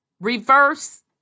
reverse